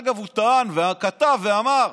דרך אגב, הוא טען וכתב ואמר: